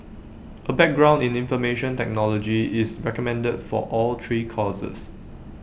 A background in information technology is recommended for all three courses